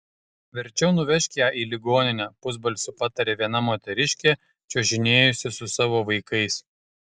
verčiau nuvežk ją į ligoninę pusbalsiu patarė viena moteriškė čiuožinėjusi su savo vaikais